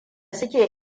suke